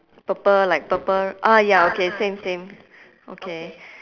purple like purple ah ya okay same same okay